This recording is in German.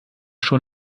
schon